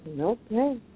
Okay